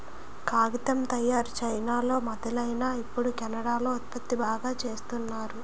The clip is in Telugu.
కాగితం తయారీ చైనాలో మొదలైనా ఇప్పుడు కెనడా లో ఉత్పత్తి బాగా చేస్తున్నారు